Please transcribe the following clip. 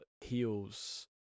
heals